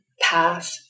path